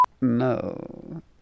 No